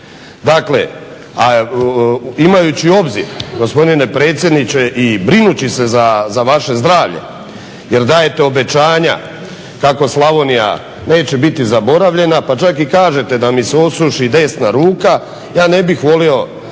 Dakle, a imajući obzir gospodine predsjedniče i brinući se za vaše zdravlje jer dajete obećanja kako Slavonija neće biti zaboravljena pa čak i kažete da mi se osuši desna ruka. Ja ne bih volio